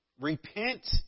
repent